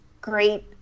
great